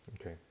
Okay